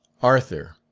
arthur,